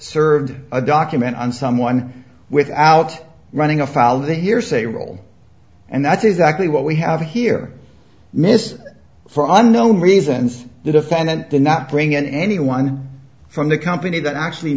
served a document on someone without running afoul the hearsay rule and that's exactly what we have here miss for unknown reasons the defendant did not bring in anyone from the company that actually